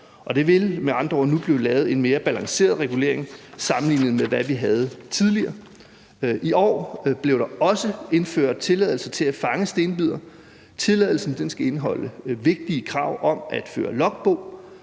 andre ord nu blive lavet en mere balanceret regulering, sammenlignet med hvad vi havde tidligere. I år blev der også indført tilladelse til at fange stenbider. Tilladelsen skal indeholde vigtige krav om at føre logbog,